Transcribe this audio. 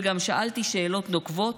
וגם שאלתי שאלות נוקבות,